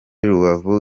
rubavu